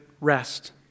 rest